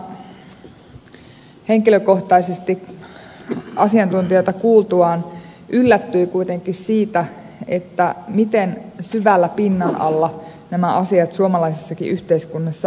kokonaisuutena henkilökohtaisesti asiantuntijoita kuultuani yllätyin kuitenkin siitä miten syvällä pinnan alla nämä asiat suomalaisessakin yhteiskunnassa ovat